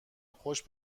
خوش